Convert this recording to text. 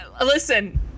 Listen